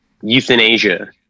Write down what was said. euthanasia